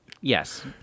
Yes